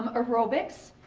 um aerobics,